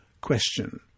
Question